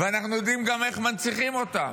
ואנחנו יודעים גם איך מנציחים אותם.